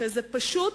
זו פשוט